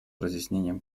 разъяснением